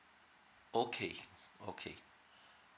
okay okay